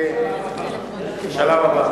בשלב הבא.